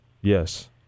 Yes